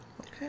okay